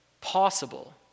possible